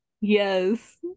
Yes